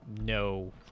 no